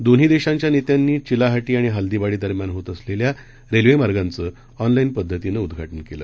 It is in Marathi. दोन्ही देशांच्या नेत्यांनी चिलाहाटी आणि हल्दीबाडी दरम्यान होत असलेल्या रेल्वे मार्गांचं ऑनलाईन पद्धतीनं उद्घाटन केलं